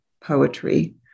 poetry